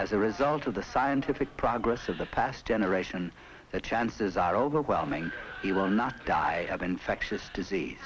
as a result of the scientific progress of the past generation the chances are overwhelming he will not die of infectious disease